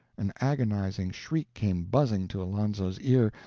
an agonizing shriek came buzzing to alonzo's ear,